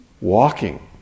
walking